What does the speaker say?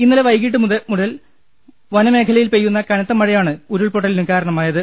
ഇന്നലെ വൈകീട്ട് മുതൽ വനമേഖലയിൽ പെയ്യുന്ന കനത്ത മഴയാണ് ഉരുൾപൊട്ടലിനു കാർണമായത്